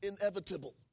inevitable